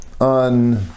on